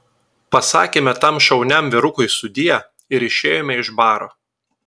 pasakėme tam šauniam vyrukui sudie ir išėjome iš baro